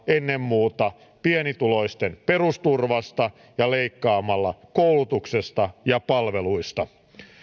ennen muuta pienituloisten perusturvasta ja leikkaamalla koulutuksesta ja palveluista